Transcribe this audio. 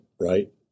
right